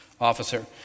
officer